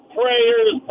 prayers